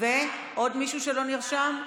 עוד מישהו שלא נרשם?